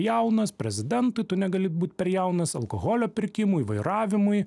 jaunas prezidentui tu negali būt per jaunas alkoholio pirkimui vairavimui